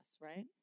right